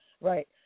Right